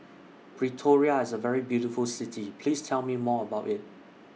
Pretoria IS A very beautiful City Please Tell Me More about IT